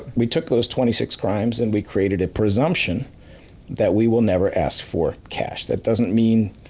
we took those twenty six crimes and we created a presumption that we will never ask for cash. that doesn't mean.